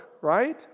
right